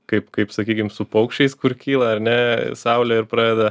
kaip kaip sakykim su paukščiais kur kyla ar ne saulė ir pradeda